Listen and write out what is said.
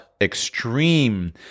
extreme